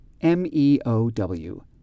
M-E-O-W